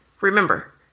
Remember